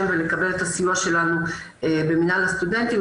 ולקבל את הסיוע שלנו במינהל הסטודנטים,